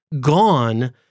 gone